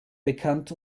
bekannt